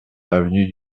avenue